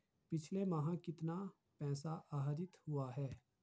पिछले माह कितना पैसा आहरित हुआ है?